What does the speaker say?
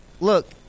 Look